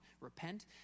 Repent